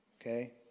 okay